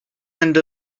end